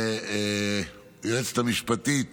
ליועצת המשפטית